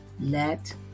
Let